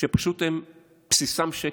שפשוט בסיסם שקר,